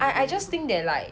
I I just think that like